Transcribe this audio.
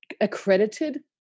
accredited